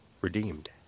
redeemed